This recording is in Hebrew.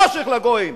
חושך לגויים,